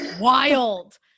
wild